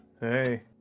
Hey